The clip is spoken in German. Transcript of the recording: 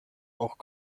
auch